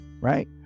right